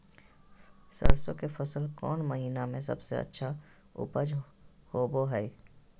सरसों के फसल कौन महीना में सबसे अच्छा उपज होबो हय?